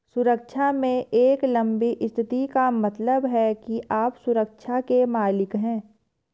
सुरक्षा में एक लंबी स्थिति का मतलब है कि आप सुरक्षा के मालिक हैं